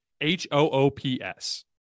h-o-o-p-s